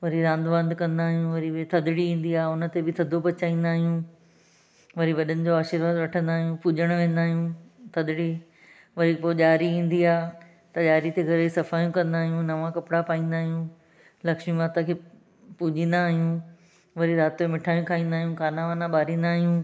वरी रांदि वांदि कंदा आहियूं वरी उहे थधिड़ी ईंदी आहे उन ते बि थधो पचाईंदा आहियूं वरी वॾनि जो आशीर्वाद वठंदा आहियूं पूॼणु वेंदा आहियूं थधिड़ी वरी पोइ ॾियारी ईंदी आहे त ॾियारी ते घर जी सफ़ायूं कंदा आहियूं नवा कपिड़ा पाईंदा आहियूं लक्ष्मी माता खे पूॼीदा आहियूं वरी राति जो मिठाई खाईंदा आहियूं खाना वाना ॿारींदा आहियूं